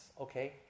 okay